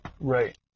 Right